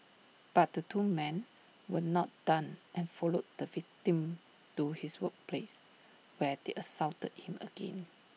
but the two men were not done and followed the victim to his workplace where they assaulted him again